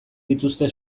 dituzte